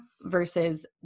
versus